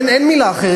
אין מילה אחרת,